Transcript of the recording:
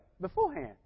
beforehand